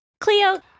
Cleo